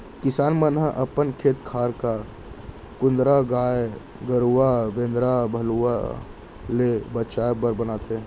किसान मन ह अपन खेत खार म कुंदरा गाय गरूवा बेंदरा भलुवा ले बचाय बर बनाथे